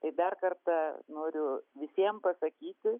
tai dar kartą noriu visiem pasakyti